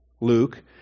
Luke